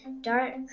Dark